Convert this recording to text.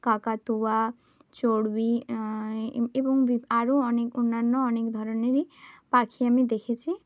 কাকাতুয়া চড়ুই এবং বিভি আরো অনেক অন্যান্য অনেক ধরনেরই পাখি আমি দেখেছি